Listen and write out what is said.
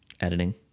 Editing